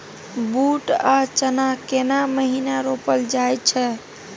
बूट आ चना केना महिना रोपल जाय छै?